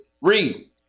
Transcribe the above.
Read